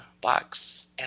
box